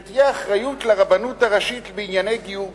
שתהיה אחריות לרבנות הראשית בענייני גיור בישראל.